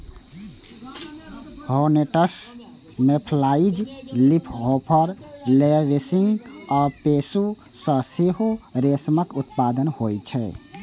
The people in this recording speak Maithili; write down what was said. हौर्नेट्स, मेफ्लाइज, लीफहॉपर, लेसविंग्स आ पिस्सू सं सेहो रेशमक उत्पादन होइ छै